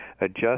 adjust